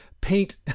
paint